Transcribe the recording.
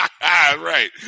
Right